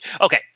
Okay